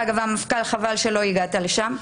המפכ"ל, חבל שלא הגעת גם לשם.